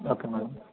okay madam